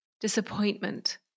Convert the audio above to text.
disappointment